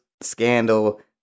scandal